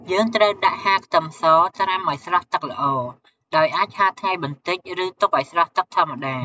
យើងត្រូវដាក់ហាលខ្ទឹមសត្រាំឱ្យស្រស់ទឹកល្អ ដោយអាចហាលថ្ងៃបន្តិច ឬទុកឱ្យស្រស់ទឹកធម្មតា។